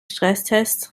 stresstests